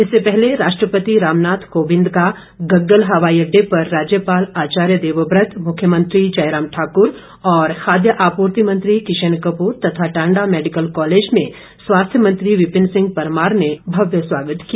इससे पहले राष्ट्रपति रामनाथ कोविंद का गम्गल हवाई अड्डे पर राज्यपाल आचार्य देवव्रत मुख्यमंत्री जयराम ठाकुर और खाद्य आपूर्ति मंत्री किशन कपूर तथा टांडा मेडिकल कॉलेज ने स्वास्थ्य मंत्री विपिन सिंह परमार ने भव्य स्वागत किया